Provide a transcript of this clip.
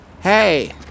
Hey